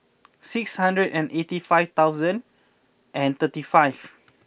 six hundred and eighty five thousand and thirty five